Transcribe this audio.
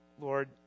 Lord